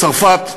צרפת,